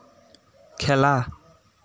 খেলা